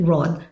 Rod